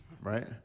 right